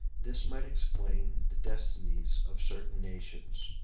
this might explain the destinies of certain nations,